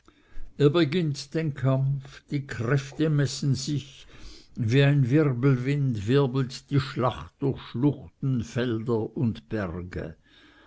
beginnt den kampf die kräfte messen sich wie ein wirbelwind wirbelt die schlacht durch schluchten felder und berge